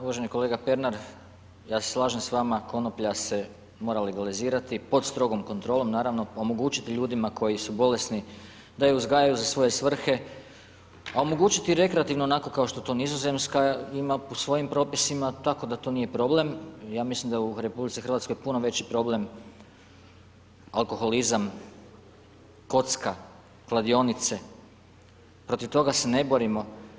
Uvaženi kolega Pernar, ja se slažem s vama, konoplja se mora legalizirati pod strogom kontrolom naravno, omogućit ljudima koji su bolesni da ju uzgajaju za svoje svrhe a omogućiti rekreativno onako kao što to Nizozemska ima po svojim propisima, tako da to nije problem, ja mislim da u RH je puno veći problem alkoholizam, kocka, kladionice, protiv toga se ne borimo.